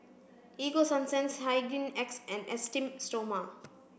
Ego Sunsense Hygin X and Esteem stoma